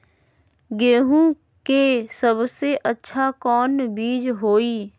गेंहू के सबसे अच्छा कौन बीज होई?